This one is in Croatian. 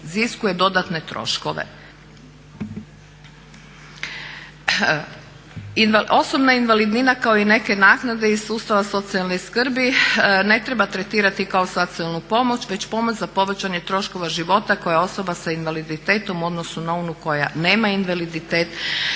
iziskuje dodatne troškove. Osobna invalidnina kao i neke naknade iz sustava socijalne skrbi ne treba tretirati kao socijalnu pomoć već pomoć za povećane troškove života koje osoba sa invaliditetom u odnosu na onu koja nema invaliditet